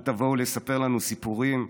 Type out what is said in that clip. אל תבואו לספר לנו סיפורים.